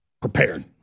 prepared